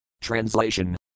Translation